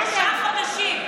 שלושה חודשים.